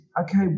okay